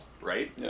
right